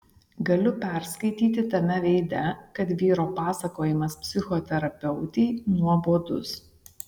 galiu perskaityti tame veide kad vyro pasakojimas psichoterapeutei nuobodus